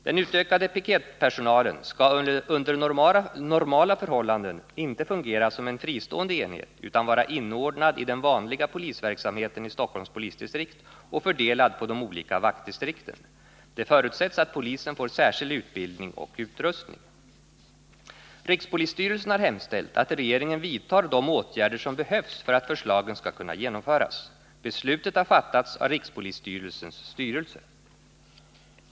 Den utökade piketpersonalen skall under normala förhållanden inte fungera som en fristående enhet utan vara inordnad i den vanliga polisverksamheten i Stockholms polisdistrikt och fördelad på de olika vaktdistrikten. Det förutsätts att personalen får särskild utbildning och utrustning. Rikspolisstyrelsen har hemställt att regeringen vidtar de åtgärder som behövs för att förslagen skall kunna genomföras. Beslutet har fattats av rikspolisstyrelsens styrelse.